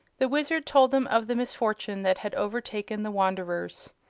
the wizard told them of the misfortune that had overtaken the wanderers.